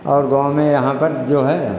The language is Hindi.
और गाँव में यहाँ पर जो है